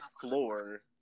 floor